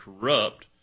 corrupt